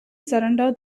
surrender